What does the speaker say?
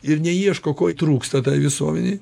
ir neieško ko trūksta tai visuomenei